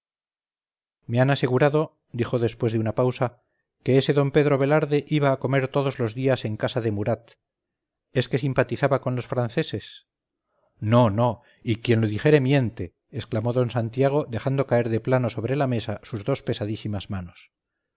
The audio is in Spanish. me han asegurado dijo después de una pausa que ese d pedro velarde iba a comer todos los días en casa de murat es que simpatizaba con los franceses no no y quien lo dijere miente exclamó don santiago dejando caer de plano sobre la mesa sus dos pesadísimas manos